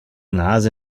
nase